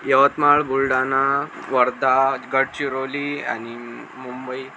यवतमाळ बुलढाणा वर्धा गडचिरोली आणि मुंबई